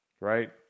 right